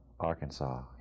Arkansas